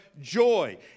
joy